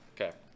Okay